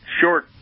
short